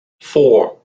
four